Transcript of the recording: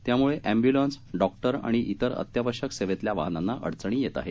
त्यामुळे ambulance doctor आणि तिर अत्यावश्यक सेवेतील वाहनांना अडचणी येत आहे